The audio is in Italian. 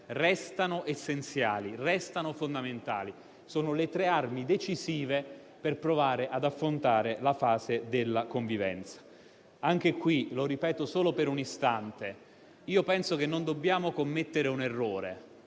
restano essenziali, sono le tre armi decisive per provare ad affrontare la fase della convivenza. Anche qui - lo ripeto solo per un istante - credo che non dobbiamo commettere l'errore